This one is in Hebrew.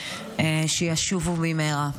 שישובו במהרה.